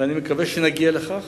ואני מקווה שנגיע לכך